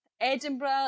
Edinburgh